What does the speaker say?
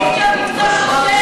לכן, אדוני היושב-ראש,